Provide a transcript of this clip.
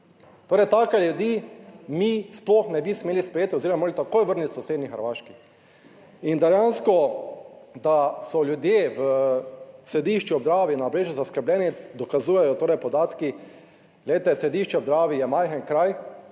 Torej take ljudi mi sploh ne bi smeli sprejeti oziroma morali takoj vrniti v sosednji Hrvaški. In dejansko, da so ljudje v Središču ob Dravi, na Obrežju zaskrbljeni, dokazujejo torej podatki. Glejte, Središče ob Dravi je majhen kraj